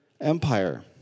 empire